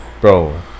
bro